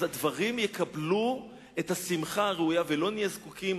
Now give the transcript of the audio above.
אז הדברים יקבלו את השמחה הראויה ולא נהיה זקוקים